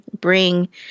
bring